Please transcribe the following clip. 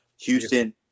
Houston